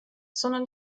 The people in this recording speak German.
sondern